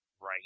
Right